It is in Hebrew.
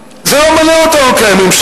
אבל זה לא מעניין אותנו, עם כל הכבוד.